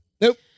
nope